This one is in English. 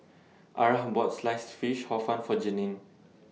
Arah bought Sliced Fish Hor Fun For Janene